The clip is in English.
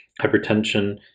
hypertension